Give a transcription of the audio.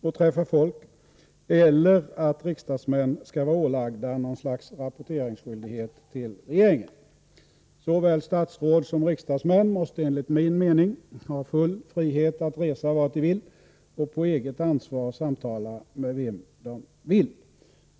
och träffa folk eller att riksdagsmän skall vara ålagda någon slags rapporteringsskyldighet till regeringen. Såväl statsråd som riksdagsmän måste enligt min mening ha full frihet att resa vart de vill och på eget ansvar samtala med vem de vill.